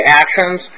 actions